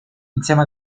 insieme